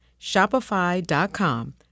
shopify.com